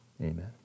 amen